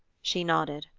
she nodded.